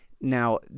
Now